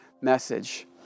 message